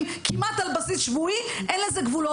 כמעט על בסיס שבועי אין לזה גבולות.